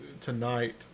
tonight